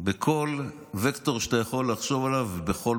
בכל וקטור שאתה יכול לחשוב עליו ובכלל